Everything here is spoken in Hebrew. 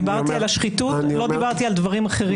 דיברתי על השחיתות ולא דיברתי על דברים אחרים.